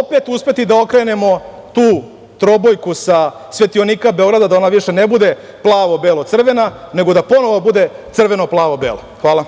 opet uspeti da okrenemo tu trobojku sa svetionika Beograda, da ona više ne bude plavo-belo-crvena, nego da ponovo bude crveno-plavo-bela. Hvala.